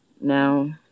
now